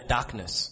Darkness